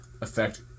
affect